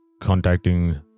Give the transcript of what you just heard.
contacting